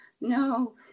no